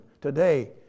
today